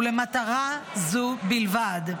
ולמטרה זו בלבד,